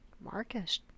Marcus